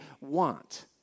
want